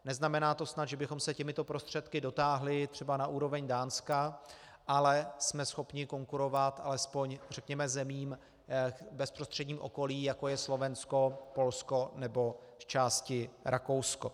Neznamená to snad, že bychom se těmito prostředky dotáhli třeba na úroveň Dánska, ale jsme schopni konkurovat alespoň, řekněme, zemím v bezprostředním okolí, jako je Slovensko, Polsko nebo zčásti Rakousko.